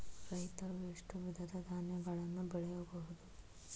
ರೈತರು ಎಷ್ಟು ವಿಧದ ಧಾನ್ಯಗಳನ್ನು ಬೆಳೆಯಬಹುದು?